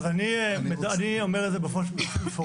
אז אני אומר את זה באופן מפורש,